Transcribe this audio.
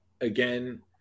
again